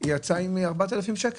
היא יצאה עם פנסיה בגובה של 4,000 שקלים.